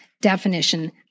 definition